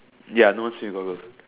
ya no one swim with goggle